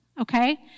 okay